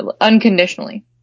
unconditionally